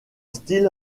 style